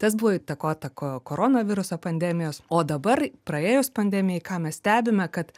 tas buvo įtakota ko koronaviruso pandemijos o dabar praėjus pandemijai ką mes stebime kad